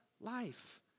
life